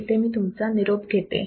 इथे मी तुमचा निरोप घेते